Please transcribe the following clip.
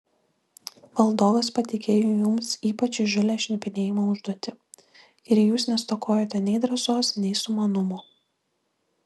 valdovas patikėjo jums ypač įžūlią šnipinėjimo užduotį ir jūs nestokojote nei drąsos nei sumanumo